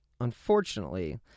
Unfortunately